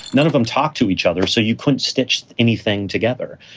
none of them talked to each other. so you clinch stitched anything together?